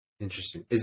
Interesting